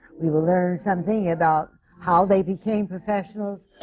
we will learn something about how they became professionals,